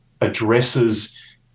addresses